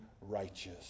righteous